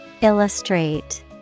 Illustrate